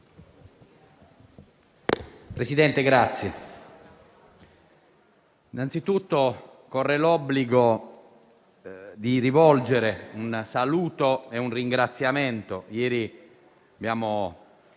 Presidente, innanzitutto corre l'obbligo di rivolgere un saluto e vari ringraziamenti. Ieri era